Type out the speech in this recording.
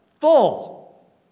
Full